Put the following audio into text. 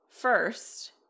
first